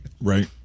Right